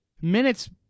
minutes